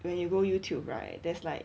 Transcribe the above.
when you go youtube right there's like